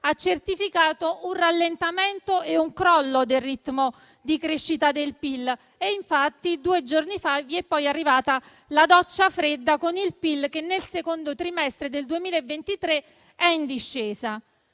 ha certificato un rallentamento e un crollo del ritmo di crescita del PIL: due giorni fa, infatti, vi è arrivata la doccia fredda con il PIL che, nel secondo trimestre del 2023, è in discesa.